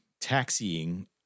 taxiing